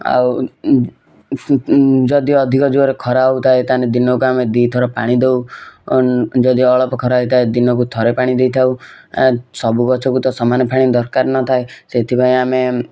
ଆଉ ଯଦି ଅଧିକ ଜୋର ଖରା ହଉଥାଏ ତା'ହେଲେ ଦିନକୁ ଆମେ ଦୁଇ ଥର ପାଣି ଦେଉ ଯଦି ଅଳପ ଖରା ହେଉଥାଏ ଦିନକୁ ଥିରେ ପାଣି ଦେଇଥାଉ ସବୁ ଗଛକୁ ତ ସମାନ ପାଣି ଦରକାର ନଥାଏ ସେଇଥିପାଇଁ ଆମେ